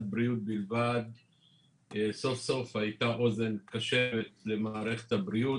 בריאות בלבד סוף-סוף הייתה אוזן קשבת למערכת הבריאות.